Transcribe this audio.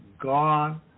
God